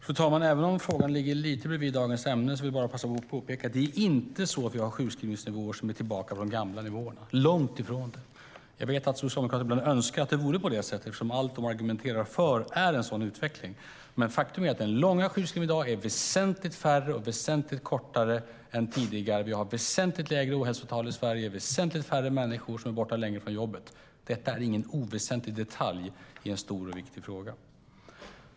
Fru talman! Även om frågan ligger lite bredvid dagens ämne vill jag passa på att påpeka att vi inte har sjukskrivningsnivåer som är tillbaka på de gamla nivåerna, långt ifrån. Jag vet att Socialdemokraterna ibland önskar att det vore på det sättet, eftersom allt som de argumenterar för är en sådan utveckling. Men faktum är att det är väsentligt färre i dag som är långtidssjukskrivna än tidigare. Vi har väsentligt lägre ohälsotal i Sverige i dag. Det är väsentligt färre människor som är borta länge från jobbet. Detta är ingen oväsentlig detalj i en stor och viktig fråga.